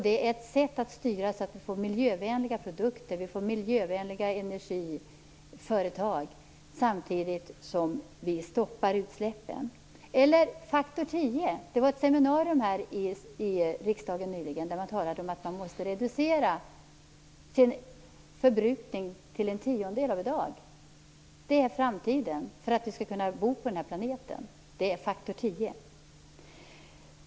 Det är ett sätt att styra så att vi får miljövänliga produkter. Vi får miljövänliga energiföretag samtidigt som vi stoppar utsläppen. Har Lennart Beijer hört talas om faktor 10? Det var nyligen ett seminarium här i riksdagen där man talade om att man måste reducera förbrukningen till en tiondel av vad den är i dag. Det måste vi göra för att vi skall kunna bo på den här planeten i framtiden. Detta är faktor 10.